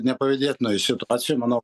nepavydėtinoj situacijoj manau